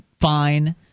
fine